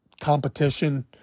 Competition